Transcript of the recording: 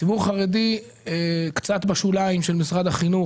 הציבור החרדי נמצא קצת בשוליים של משרד החינוך,